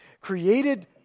created